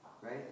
right